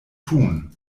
tun